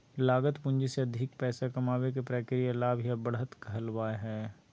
लागत पूंजी से अधिक पैसा कमाबे के प्रक्रिया लाभ या बढ़त कहलावय हय